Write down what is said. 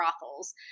brothels